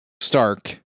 Stark